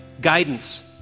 guidance